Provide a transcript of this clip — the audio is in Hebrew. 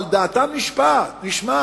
אבל דעתם נשמעת.